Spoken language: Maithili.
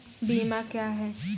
बीमा क्या हैं?